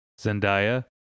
Zendaya